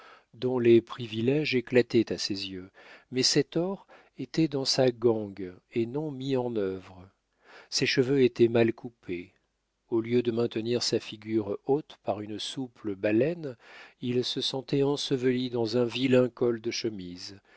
dont les priviléges éclataient à ses yeux mais cet or était dans sa gangue et non mis en œuvre ses cheveux étaient mal coupés au lieu de maintenir sa figure haute par une souple baleine il se sentait enseveli dans un vilain col de chemise